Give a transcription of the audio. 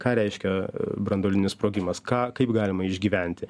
ką reiškia branduolinis sprogimas ką kaip galima išgyventi